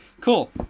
cool